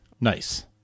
Nice